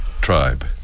tribe